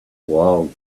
wild